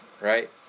right